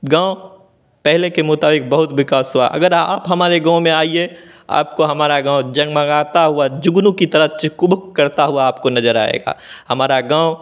गाँव पहले के मुताबिक़ बहुत विकास हुआ अगर आप हमारे गाँव में आइए आपको हमारा गाँव जगमगाता हुआ जुगनू की तरह चिक बूक करता हुआ आपको नज़र आएगा